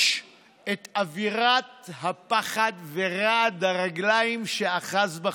את אווירת הפחד ורעד הרגליים שאחזו בכם,